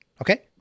Okay